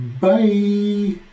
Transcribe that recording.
Bye